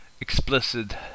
explicit